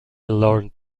learnt